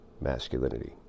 masculinity